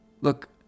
Look